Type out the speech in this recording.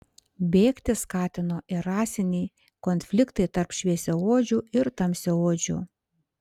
bėgti skatino ir rasiniai konfliktai tarp šviesiaodžių ir tamsiaodžių